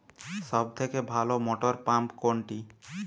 সবথেকে ভালো মটরপাম্প কোনটি?